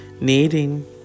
needing